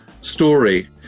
story